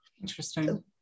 Interesting